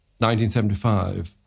1975